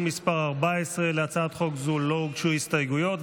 מס' 14). להצעת חוק זו לא הוגשו הסתייגויות,